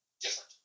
different